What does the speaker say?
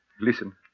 Listen